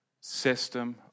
system